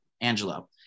Angelo